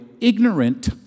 ignorant